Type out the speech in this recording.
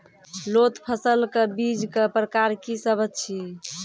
लोत फसलक बीजक प्रकार की सब अछि?